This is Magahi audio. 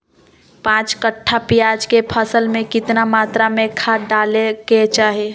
पांच कट्ठा प्याज के फसल में कितना मात्रा में खाद डाले के चाही?